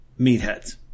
Meatheads